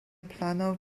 plano